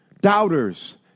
doubters